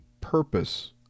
purpose